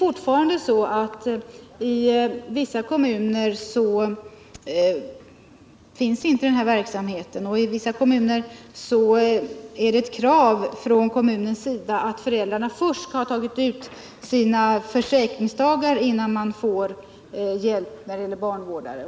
I vissa kommuner finns ännu inte den här verksamheten, och på vissa orter är det ett krav från kommunens sida att föräldrarna först skall ha tagit ut sina försäkringsdagar innan de får hjälp med barnvårdare.